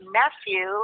nephew